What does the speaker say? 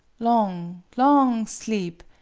long long sleep.